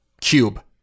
cube